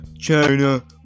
China